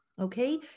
Okay